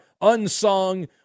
unsung